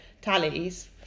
tallies